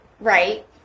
right